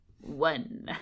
one